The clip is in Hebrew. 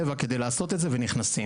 רבע כדי לעשות את זה ונכנסים.